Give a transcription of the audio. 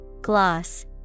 Gloss